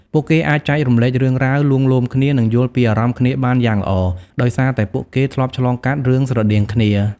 ពួកគេអាចចែករំលែករឿងរ៉ាវ លួងលោមគ្នា និងយល់ពីអារម្មណ៍គ្នាបានយ៉ាងល្អ ដោយសារតែពួកគេធ្លាប់ឆ្លងកាត់រឿងស្រដៀងគ្នា ។